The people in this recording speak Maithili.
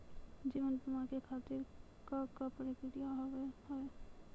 जीवन बीमा के खातिर का का प्रक्रिया हाव हाय?